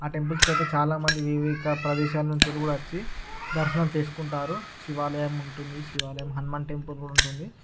ఆ టెంపుల్స్కైతే చాలా మంది వివిధ ప్రదేశాలనుంచి కూడా వచ్చి దర్శనం చేసుకుంటారు శివాలయం ఉంటుంది శివాలయం హనుమాన్ టెంపుల్ కూడా ఉంటుంది